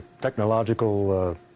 technological